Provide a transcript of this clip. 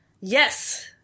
Yes